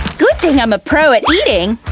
good thing i'm a pro at eating!